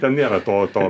ten nėra to to